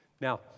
Now